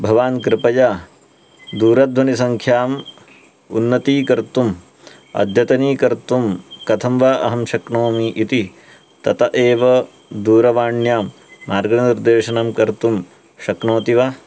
भवान् कृपया दूरध्वनिसङ्ख्याम् उन्नतीकर्तुम् अद्यतनीकर्तुं कथं वा अहं शक्नोमि इति तत एव दूरवाण्यां मार्गनिर्देशनं कर्तुं शक्नोति वा